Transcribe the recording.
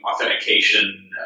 authentication